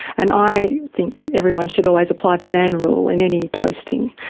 and i think everyone should always apply the nan rule in any posting,